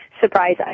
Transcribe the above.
surprise